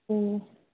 ꯑꯣ